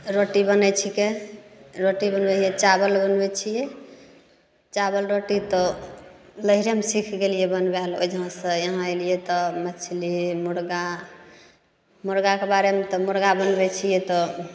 रोटी बनै छिकै रोटी बनबै हिए चावल बनबै छिए चावल रोटी तऽ नहिरेमे सीखि गेलिए बनबैले ओहिजाँसे यहाँ अएलिए तऽ मछली मुरगा मुरगाके बारेमे तऽ मुरगा बनबै छिए तऽ